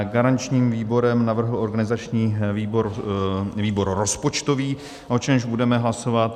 Garančním výborem navrhl organizační výbor výbor rozpočtový, o čemž budeme hlasovat.